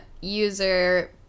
user